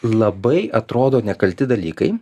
labai atrodo nekalti dalykai